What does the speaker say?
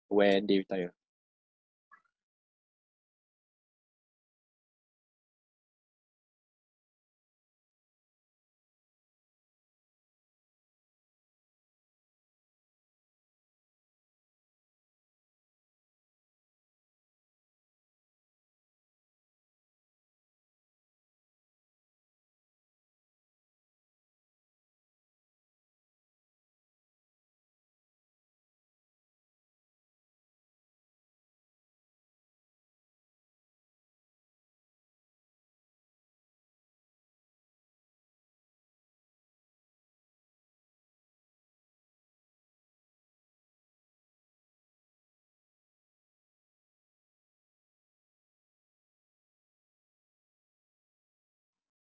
when they retire